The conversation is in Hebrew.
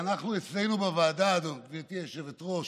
אצלנו בוועדה, גברתי היושבת-ראש,